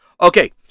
Okay